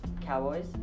cowboys